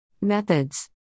Methods